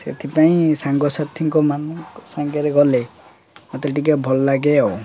ସେଥିପାଇଁ ସାଙ୍ଗସାଥିଙ୍କ ମାନଙ୍କ ସାଙ୍ଗରେ ଗଲେ ମୋତେ ଟିକେ ଭଲ ଲାଗେ ଆଉ